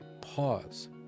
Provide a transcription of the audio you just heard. pause